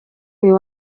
uyu